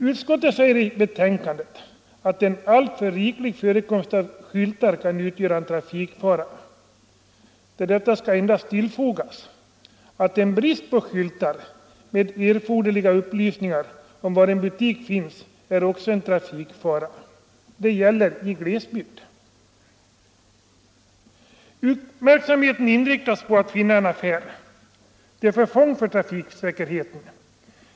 Utskottet säger i betänkandet att en alltför riklig förekomst av skyltar kan utgöra en trafikfara. Till detta skall endast tillfogas att i glesbygd en brist på skyltar med erforderliga upplysningar om var en butik finns också är en trafikfara. Uppmärksamheten inriktas på att finna en affär —- till förfång för trafiksäkerheten.